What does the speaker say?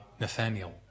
Nathaniel